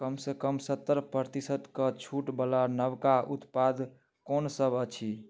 कमसँ कम सत्तरि प्रतिशतके छूटवला नबका उत्पाद कोनसब अछि